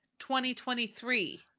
2023